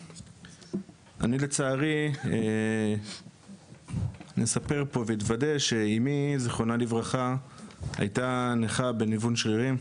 אני לצערי אספר פה ואתוודה שאמי ז"ל הייתה נכה בניוון שרירים.